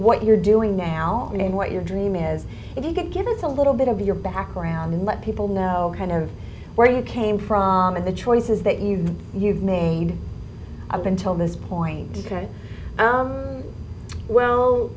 what you're doing now you know what your dream is if you could give us a little bit of your background and let people know kind of where you came from and the choices that you know you've made up until this point ok well